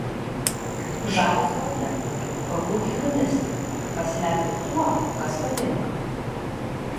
žavesio galia pabūk hedoniste pasilepink tuo kas patinka